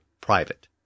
private